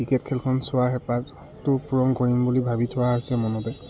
cricket খেলখন চোৱাৰ হেঁপাতটো পূৰণ কৰিম বুলি ভাবি থোৱা হৈছে মনতে